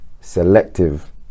selective